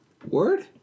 Word